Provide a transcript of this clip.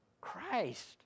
Christ